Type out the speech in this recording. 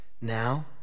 now